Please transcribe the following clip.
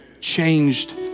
changed